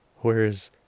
whereas